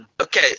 Okay